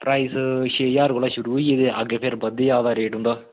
price छे ज्हार कोला शुरू होई जंदे फिर अग्गें बधदा जा करदा